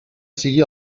sigui